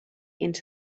into